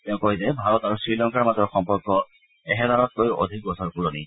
তেওঁ কয় যে ভাৰত আৰু শ্ৰীলংকাৰ মাজৰ সম্পৰ্ক এহেজাৰতকৈও অধিক বছৰ পূৰণি